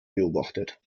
beobachtet